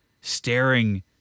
staring